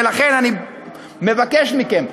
ולכן אני מבקש מכם,